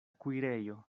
kuirejo